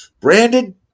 Branded